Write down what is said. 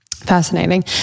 Fascinating